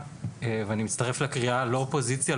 ואני מצטרף לקריאה לא אופוזיציה,